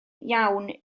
iawn